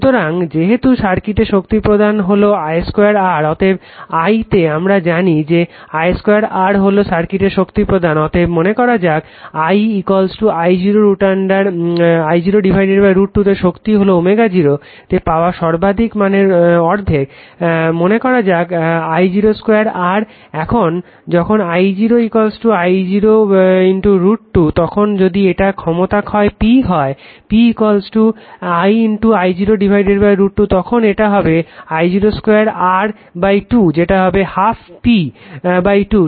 সুতরাং যেহেতু সার্কিটে শক্তি প্রদান হলো I 2 R অতএব I তে আমরা জানি যে I 2 R হলো সার্কিটে শক্তি প্রদান অতএব মনে করা যাক I I 0 √ 2 তে শক্তি হলো ω0 তে পাওয়া সর্বাধিক মানের অর্ধেক মনে করা যাক I 2 r এখন যখন I I 0 √ 2 তখন যদি এটা ক্ষমতা ক্ষয় P হয় P I I 0 √ 2 তখন এটা হবে I 0 2 R 2 যেটা হবে 12 P 2